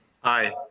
Hi